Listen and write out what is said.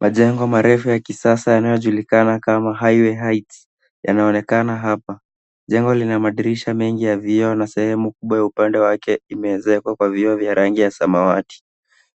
Majengo marefu ya kisasa yanayojulikana kama HIGHWAY HEIGHTS yanaonekana hapa. Jengo lina madirisha mengi ya vioo na sehemu kubwa upande wake imeezekwa kwa vioo vya rangi ya samawati.